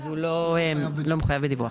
אז הוא לא מחויב בדיווח.